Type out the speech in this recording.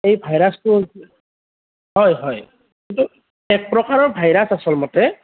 এই ভাইৰাছটো হয় হয় এইটো এক প্ৰকাৰৰ ভাইৰাছ আচলমতে